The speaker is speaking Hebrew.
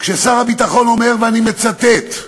כששר הביטחון אומר, ואני מצטט: